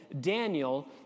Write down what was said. Daniel